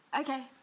Okay